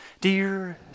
dear